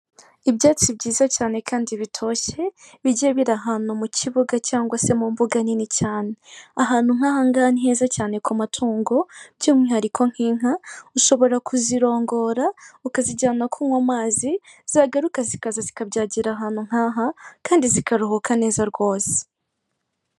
Ibyatsi byiza cyane kandi bitoshye, bigiye biri ahantu mu kibuga cyangwa se mu mbuga nini cyane. Ahantu nk'aha ngaha ni heza cyane ku matungo, by'umwihariko nk'Inka, ushobora kuzirongora, ukazijyana kunywa amazi, zagaruka zikaza zikabyagira ahantu nkaha, kandi zikaruhuka neza rwose.